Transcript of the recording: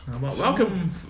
Welcome